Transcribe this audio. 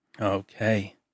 Okay